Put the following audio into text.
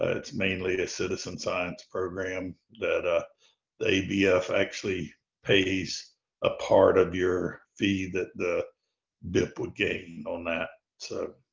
ah it's mainly a citizen science program that ah they abf actually pays a part of your fee that the vip would gain on that. so